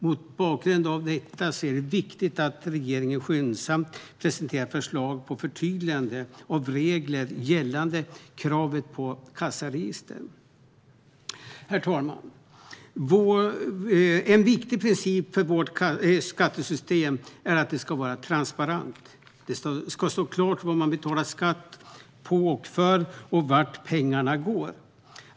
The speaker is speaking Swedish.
Mot bakgrund av detta är det viktigt att regeringen skyndsamt presenterar förslag på förtydligande av regler gällande kravet på kassaregister. Herr talman! En viktig princip för vårt skattesystem är att det ska vara transparent. Det ska stå klart vad man betalar skatt på och för samt vart pengarna går.